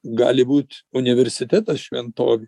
gali būt universitetas šventovė